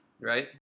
Right